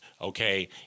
okay